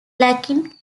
lacking